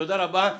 תודה רבה.